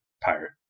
Pirate